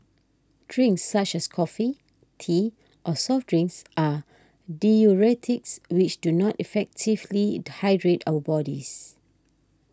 drinks such as coffee tea or soft drinks are diuretics which do not effectively hydrate our bodies